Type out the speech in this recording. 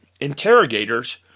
interrogators